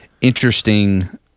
interesting